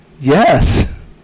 Yes